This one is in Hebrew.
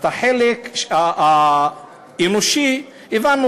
אז את החלק האנושי הבנו,